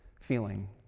feeling